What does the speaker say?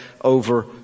over